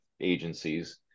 agencies